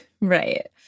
Right